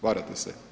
Varate se.